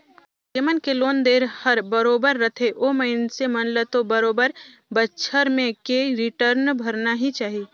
जेमन के लोन देन हर बरोबर रथे ओ मइनसे मन ल तो बरोबर बच्छर में के रिटर्न भरना ही चाही